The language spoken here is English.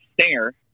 stinger